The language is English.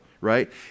right